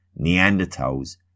Neanderthals